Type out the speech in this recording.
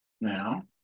now